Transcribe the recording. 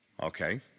Okay